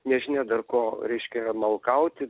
nežinia dar ko reiškia malkauti